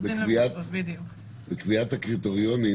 בקביעת הקריטריונים